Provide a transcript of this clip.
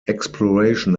exploration